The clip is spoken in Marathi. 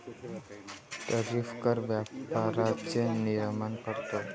टॅरिफ कर व्यापाराचे नियमन करतो